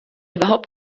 überhaupt